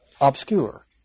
obscure